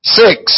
six